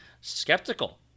skeptical